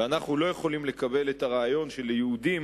ואנו לא יכולים לקבל את הרעיון שליהודים